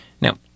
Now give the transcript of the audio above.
Now